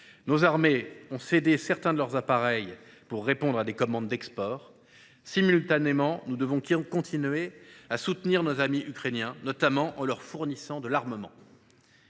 Nos armées ont cédé certains de leurs appareils pour répondre à des commandes d’export. Simultanément, nous devons continuer à soutenir nos amis ukrainiens, notamment en leur fournissant de l’armement.